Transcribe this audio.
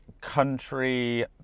country